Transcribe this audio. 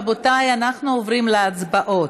רבותיי, אנחנו עוברים להצבעות,